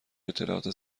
اطلاعات